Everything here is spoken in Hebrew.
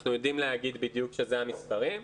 אנחנו יודעים בדיוק שאלה המספרים.